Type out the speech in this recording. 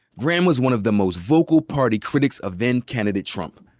graham was one of the most vocal party critics of then candidate trump.